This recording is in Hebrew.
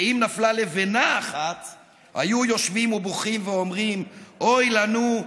ואם נפלה לבנה אחת היו יושבים ובוכים ואומרים: אוי לנו,